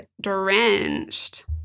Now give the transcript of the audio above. drenched